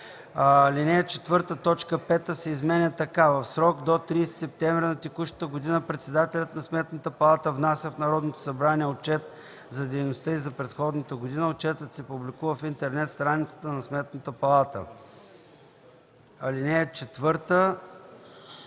4, т. 5 се изменя така: „5. в срок до 30 септември на текущата година председателят на Сметната палата внася в Народното събрание отчет за дейността й за предходната година. Отчетът се публикува в интернет страницата на Сметната палата;”; - в ал.